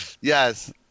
Yes